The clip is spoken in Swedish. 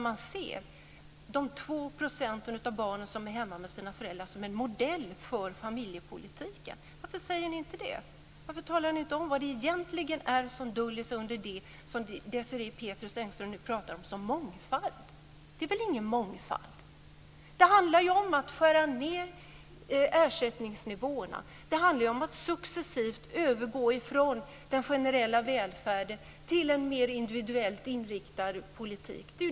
Man ser de 2 % av barnen som är hemma med sina föräldrar som en modell för familjepolitiken. Varför säger ni inte det? Varför talar ni inte om vad som egentligen döljer sig under det som Desirée Pethrus Engström nu pratar om som mångfald? Det är väl ingen mångfald. Det handlar om att skära ned ersättningsnivåerna och om att successivt övergå från den generella välfärden till en mer individuellt inriktad politik.